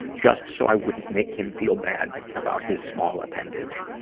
just so i wouldn't make him feel bad about his small appendage.